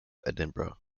edinburgh